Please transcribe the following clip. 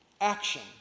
action